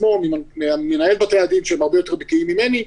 ממנהל בתי-הדין שיותר בקיא ממני,